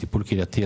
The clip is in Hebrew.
טיפול קהילתי,